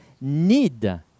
need